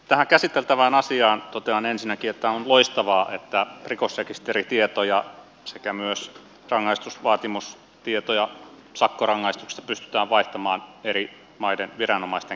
tähän käsiteltävään asiaan totean ensinnäkin että on loistavaa että rikosrekisteritietoja sekä myös rangaistusvaatimustietoja sakkorangaistuksista pystytään vaihtamaan eri maiden viranomaisten kesken